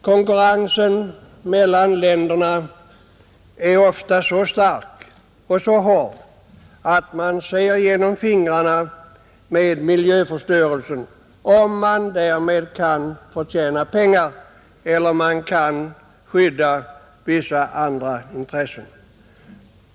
Konkurrensen mellan länderna är ofta så stark och så hård att man ser genom fingrarna med miljöförstörelsen om man därmed kan förtjäna pengar eller skydda vissa andra intressen.